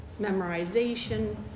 memorization